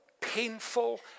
painful